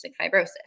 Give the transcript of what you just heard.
fibrosis